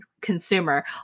consumer